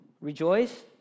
rejoice